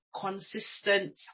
consistent